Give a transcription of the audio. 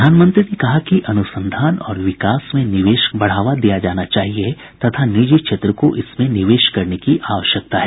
प्रधानमंत्री ने कहा अनुसंधान और विकास में निवेश को बढ़ाया जाना चाहिए तथा निजी क्षेत्र को इसमें निवेश करने की आवश्यकता है